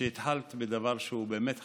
התחלת בדבר שהוא באמת חשוב.